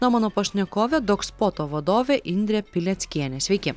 na o mano pašnekovė dogspoto vadovė indrė pileckienė sveiki